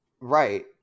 Right